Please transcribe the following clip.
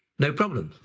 no problem.